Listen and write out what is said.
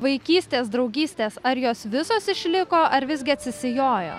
vaikystės draugystės ar jos visos išliko ar visgi atsisijojo